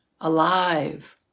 alive